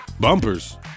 Bumpers